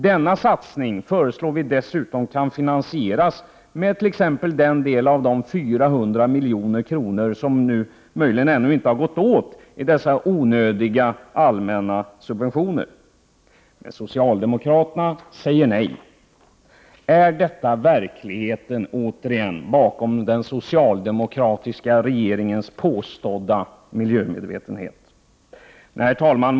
Detta föreslår vi skall finansieras med t.ex. den del av de 400 miljoner som nu möjligen ännu inte har gått åt till dessa onödiga, allmänna subventioner. Men socialdemokraterna säger nej. Är detta verkligheten bakom den socialdemokratiska regeringens påstådda miljömedvetenhet? Herr talman!